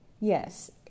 Yes